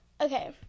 Okay